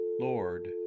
Lord